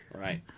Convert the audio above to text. Right